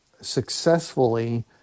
successfully